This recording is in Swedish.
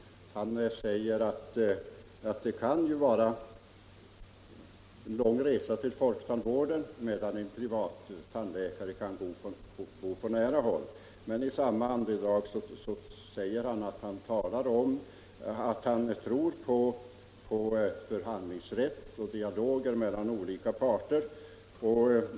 Han sade att det kan ju vara en lång resa till folktandvården, medan en privattandläkare kan bo på nära håll. Men i samma andedrag sade herr Ringaby att han tror på förhandlingsrätt och dialoger mellan olika parter.